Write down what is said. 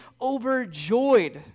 overjoyed